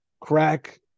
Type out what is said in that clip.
crack